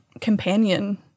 companion